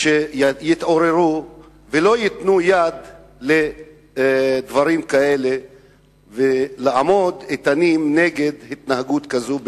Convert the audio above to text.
שיתעוררו ולא ייתנו יד לדברים כאלה ויעמדו איתנים נגד התנהגות כזאת,